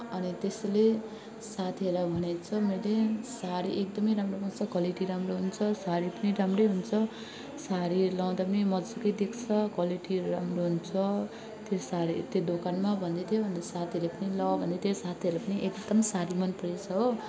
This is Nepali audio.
अनि त्यसले साथीहरूलाई भनेछ मैले साडी एकदम राम्रो पाउँछ क्वालिटी राम्रो हुन्छ साडी पनि राम्रो हुन्छ साडी लगाउँदा पनि मजाकै देख्छ क्वालिटीहरू राम्रो हुन्छ त्यो साडी त्यो दोकानमा भन्दै थियो अन्त साथीले पनि ल भन्दै थियो साथीहरूलाई पनि एकदम साडी मन परेछ हो